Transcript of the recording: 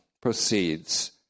proceeds